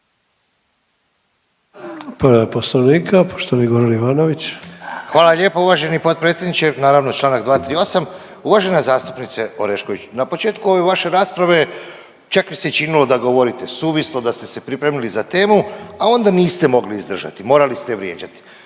Hvala lijepo uvaženi potpredsjedniče. Naravno čl. 238., uvažena zastupnice Orešković na početku ove vaše rasprave čak mi se i činilo da govorite suvislo, da ste se pripremili za temu, a onda niste mogli izdržati morali ste vrijeđati.